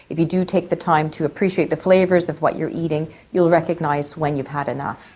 if you do take the time to appreciate the flavours of what you are eating you will recognise when you've had enough,